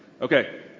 Okay